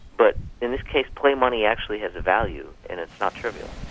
but in this case play money actually has a value and it's not trivial.